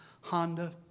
Honda